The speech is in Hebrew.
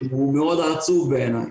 הוא מאוד עצוב בעיניי.